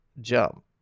jump